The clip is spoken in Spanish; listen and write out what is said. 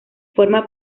forma